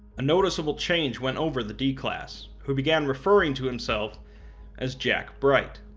a noticeable change went over the d-class, who began referring to himself as jack bright.